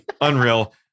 Unreal